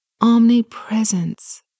omnipresence